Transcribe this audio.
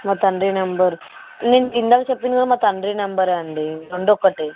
మా తండ్రి నెంబర్ నేను ఇందాక చెప్పింది కూడా మా తండ్రి నెంబరే అండి రెండొక్కటే